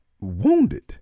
wounded